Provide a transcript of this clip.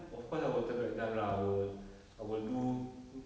of course I will turn back time lah I will I will do mm